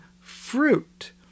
fruit